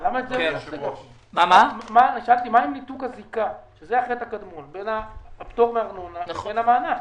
מה עם ניתוק הזיקה בין הפטור מארנונה לבין המענק.